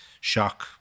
shock